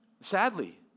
Sadly